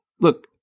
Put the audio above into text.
look